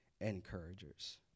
encouragers